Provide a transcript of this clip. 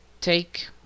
take